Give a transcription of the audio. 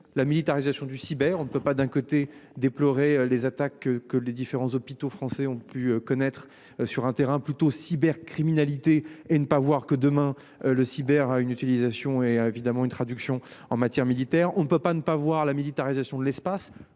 la militarisation du cyber, on ne peut pas d'un côté déploré les attaques que les différents hôpitaux français ont pu connaître sur un terrain plutôt. Cybercriminalité et ne pas voir que demain le cyber à une utilisation est évidemment une traduction en matière militaire. On ne peut pas ne pas voir la militarisation de l'espace